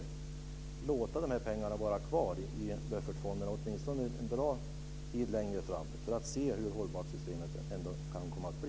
Vi kanske ska låta de här pengarna vara kvar i buffertfonderna åtminstone en bra bit längre fram för att se hur hållbart systemet ändå kan komma att bli.